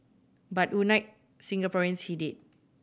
but unite Singaporeans he did